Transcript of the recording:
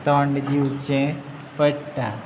तोंड दिवचें पडटा